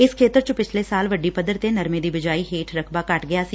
ਇਸ ਖੇਤਰ ਚ ਪਿਛਲੇ ਸਾਲ ਵੱਡੀ ਪੱਧਰ ਤੇ ਨਰਮੇ ਦੀ ਬਿਜਾਈ ਹੇਠਲਾ ਰਕਬਾ ਘੱਟ ਗਿਆ ਸੀ